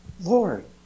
Lord